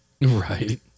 Right